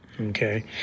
okay